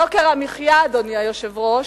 יוקר המחיה, אדוני היושב-ראש,